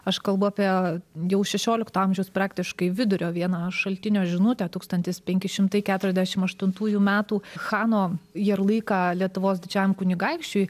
aš kalbu apie jau šešiolikto amžiaus praktiškai vidurio vieną šaltinio žinutę tūkstantis penki šimtai keturiasdešimt aštuntųjų metų chano jerlyką lietuvos didžiajam kunigaikščiui